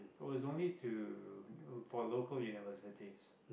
it was only to for local university